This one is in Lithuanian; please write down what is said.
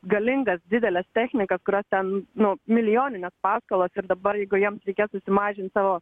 galingas dideles technikas kurios ten nu milijoninės paskolos ir dabar jeigu jiems reikėtų sumažint savo